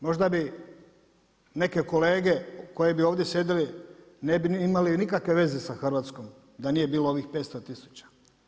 Možda bi neke kolege koje bi ovdje sjedili ne bi imali nikakve veze sa Hrvatskom da nije bilo ovih 500 tisuća.